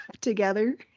together